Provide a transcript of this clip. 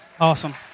awesome